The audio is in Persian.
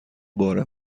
بار